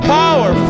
power